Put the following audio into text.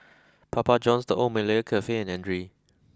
Papa Johns the Old Malaya Cafe and Andre